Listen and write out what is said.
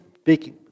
speaking